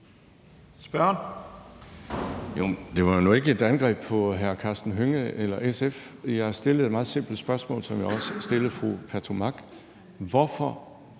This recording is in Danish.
Ahrendtsen (DF): Det var nu ikke et angreb på hr. Karsten Hønge eller SF. Jeg stillede et meget simpelt spørgsmål, som jeg også har stillet fru Trine Pertou Mach: Hvorfor